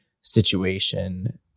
situation